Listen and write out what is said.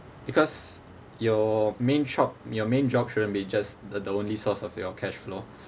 because your main shop your main job shouldn't be just the the only source of your cashflow